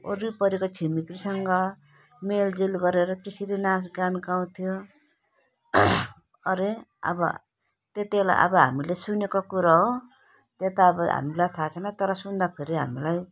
वरिपरिको छिमेकीहरूसँग मेलजुल गरेर त्यसरी नाचगान गाउँथ्यो अरे अब त्यतिबेला अब हामीले सुनेको कुरो हो त्यो त अब हामीलाई थाहा छैन तर सुन्दाखेरि हामीलाई